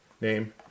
name